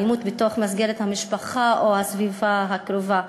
אלימות בתוך מסגרת המשפחה או הסביבה הקרובה.